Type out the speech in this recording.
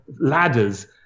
ladders